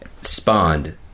spawned